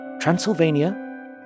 Transylvania